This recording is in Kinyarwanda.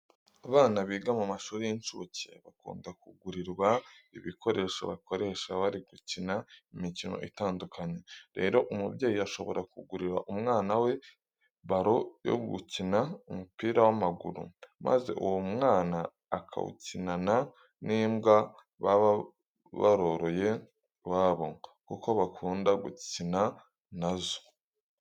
Abana biga mu mashuri y'incuke bakunda kugurirwa ibikoresho bakoresha bari gukina imikino itandukanye. Rero umubyeyi ashobora kugurira umwana we baro yo gukina umupira w'amaguru, maze uwo mwana akawukinana n'imbwa baba bororoye iwabo kuko bakunda gukina na zo.